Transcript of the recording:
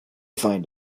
find